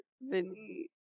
Vinny